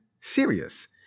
serious